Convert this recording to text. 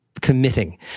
committing